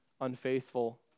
unfaithful